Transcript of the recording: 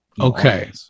Okay